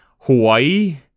Hawaii